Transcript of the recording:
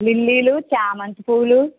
లిల్లీలు చామంతి పూలు